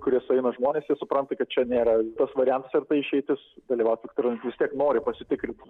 kurie sueina žmonės jie supranta kad čia nėra tas variantas ir ta išeitis dalyvaut viktorinoj vis tiek nori pasitikrint